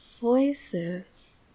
Voices